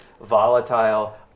volatile